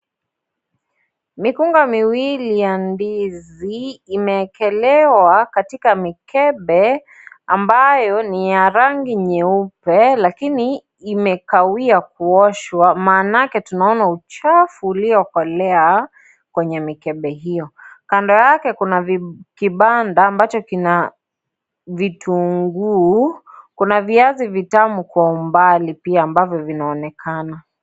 Mikunga miwili ya ndizi imewekelewa katika mikebe ambayo ni ya rangi nyeupe lakini imekawia kuoshwa , maanake tunaona uchafu uliokolea kwenye mikebe hiyo. Kando yake kuna Kibanda ambacho kuna vitunguu, kuna viazi vitamu kwa umbali pia ambavyo vinaonekana.